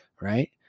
right